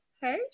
hey